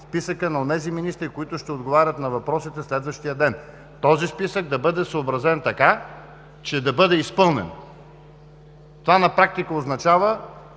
списъкът на онези министри, които ще отговарят на въпросите следващия ден. Този списък да бъде съобразен така, че да бъде изпълнен. Това на практика означава,